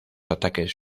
ataques